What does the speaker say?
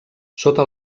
sota